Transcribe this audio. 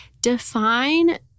define